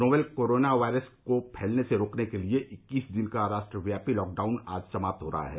novel corona virus को फैलने से रोकने के लिए इक्कीस दिन का राष्ट्रव्यापी लॉकडाउन आज समाप्त हो रहा है